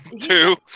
two